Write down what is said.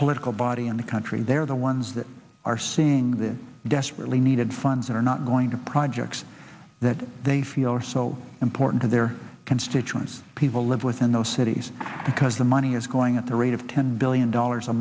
political body in the country they're the ones that are seeing this desperately needed funds that are not going to projects that they feel are so important to their constituents people live within those cities because the money is going at the rate of ten billion dollars a